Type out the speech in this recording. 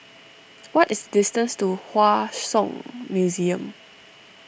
what is the distance to Hua Song Museum